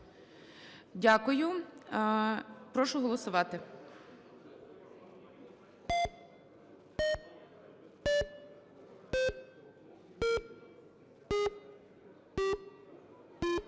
Дякую. Прошу голосувати.